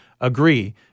agree